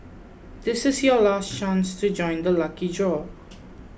this is your last chance to join the lucky draw